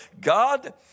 God